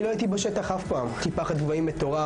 5 מיליון שקלים משרד האוצר,